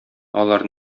алар